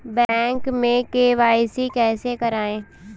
Bank में KYC कैसे करायें?